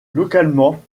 localement